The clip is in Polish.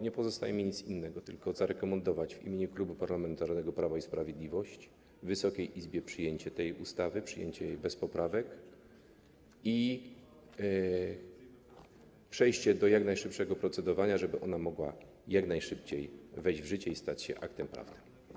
Nie pozostaje mi nic innego, jak tylko zarekomendować w imieniu Klubu Parlamentarnego Prawo i Sprawiedliwość Wysokiej Izbie przyjęcie tej ustawy, przyjęcie jej bez poprawek, i przejście do jak najszybszego procedowania, żeby ona mogła jak najszybciej wejść w życie i stać się aktem prawnym.